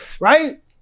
right